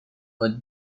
but